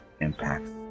impacts